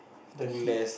the heat